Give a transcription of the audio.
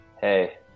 Hey